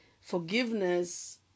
forgiveness